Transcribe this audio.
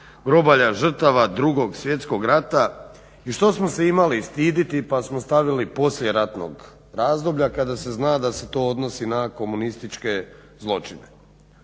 groblja žrtava 2.svjeskog rata i što smo se imali i stidjeti pa smo stavili poslijeratnog razdoblja kada se zna da se to odnosi na komunističke zločine